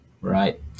right